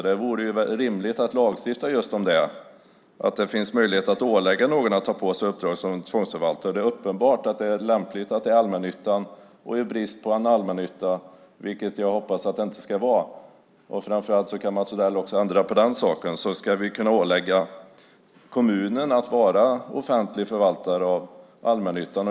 Det vore väl rimligt att lagstifta just om att det ska finnas möjlighet att ålägga någon att ta på sig uppdraget som tvångsförvaltare. Det är uppenbart att det är lämpligt att det är allmännyttan. I brist på en allmännytta, vilket jag hoppas att det inte ska vara - Mats Odell kan ju ändra också på den saken - ska vi kunna ålägga kommunen att vara offentlig förvaltare av allmännyttan.